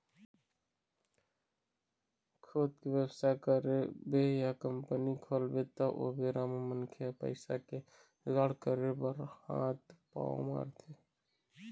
खुद के बेवसाय करबे या कंपनी खोलबे त ओ बेरा म मनखे ह पइसा के जुगाड़ करे बर हात पांव मारथे